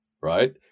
right